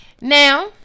Now